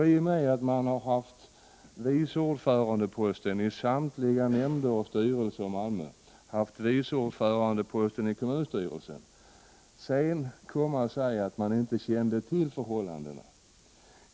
I och med att man haft vice ordförandeposten i samtliga nämnder och styrelser i Malmö och vice ordförandeposten i kommunstyrelsen borde man inte kunna komma och säga att man inte kände till förhållandena.